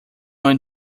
going